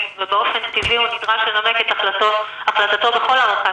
ובאופן טבעי הוא נדרש לנמק את החלטתו בכל הארכת